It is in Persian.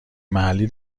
محلی